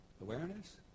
Awareness